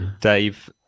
Dave